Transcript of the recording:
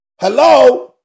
Hello